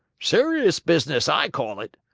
ser'us business, i call it.